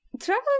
Traveling